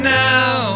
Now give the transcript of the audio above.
now